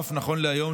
נכון להיום,